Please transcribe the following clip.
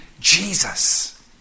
Jesus